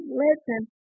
listen